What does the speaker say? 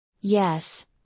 Yes